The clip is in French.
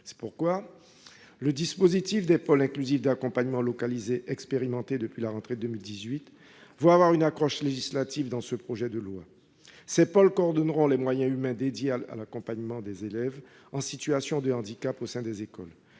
C'est pourquoi le dispositif des pôles inclusifs d'accompagnement localisé, expérimenté depuis la rentrée de 2018, aura une accroche législative dans ce projet de loi. Ces pôles coordonneront les moyens humains dédiés à l'accompagnement des élèves en situation de handicap au sein des écoles.